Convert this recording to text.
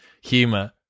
humor